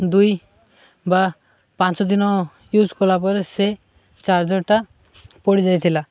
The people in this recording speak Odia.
ଦୁଇ ବା ପାଞ୍ଚ ଦିନ ୟୁଜ୍ କଲା ପରେ ସେ ଚାର୍ଜର୍ଟା ପଡ଼ିଯାଇଥିଲା